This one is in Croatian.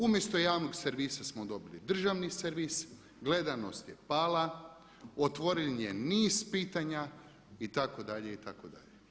Umjesto javnog servisa smo dobili državni servis, gledanost je pala, otvoreno je niz pitanja itd., itd.